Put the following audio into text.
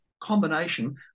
combination